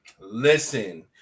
Listen